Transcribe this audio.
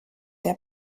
der